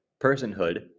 personhood